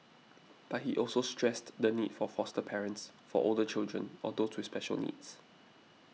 but he also stressed the need for foster parents for older children or those with special needs